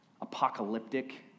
apocalyptic